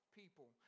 people